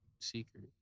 secret